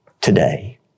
today